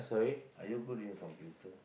are you good in computer